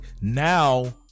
now